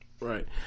Right